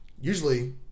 usually